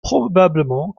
probablement